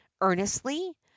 earnestly